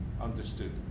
understood